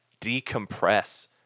decompress